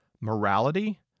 morality